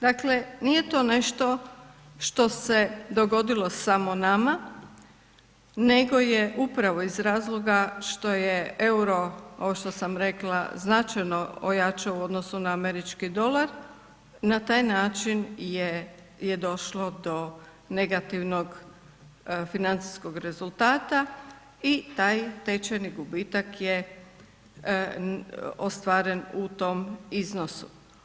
Dakle nije to nešto što se dogodilo samo nama nego je upravo iz razloga što je euro ovo što sam rekla značajno ojačao u odnosu na američki dolar na taj način je došlo do negativnog financijskog rezultata i taj tečajni gubitak je ostvaren u tom iznosu.